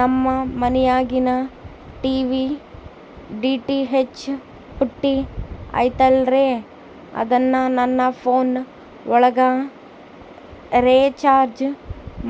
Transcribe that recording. ನಮ್ಮ ಮನಿಯಾಗಿನ TV DTH ಪುಟ್ಟಿ ಐತಲ್ರೇ ಅದನ್ನ ನನ್ನ ಪೋನ್ ಒಳಗ ರೇಚಾರ್ಜ